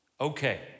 Okay